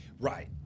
Right